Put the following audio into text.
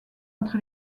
entre